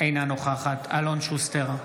אינה נוכחת אלון שוסטר,